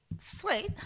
Sweet